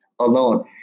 alone